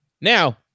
Now